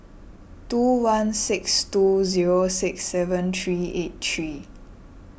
two one six two zero six seven three eight three